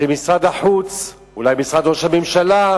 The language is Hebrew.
של משרד החוץ, אולי משרד ראש הממשלה.